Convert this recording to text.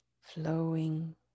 flowing